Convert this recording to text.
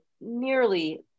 nearly